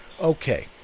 Okay